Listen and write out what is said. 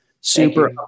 Super